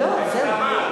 לא, זהו.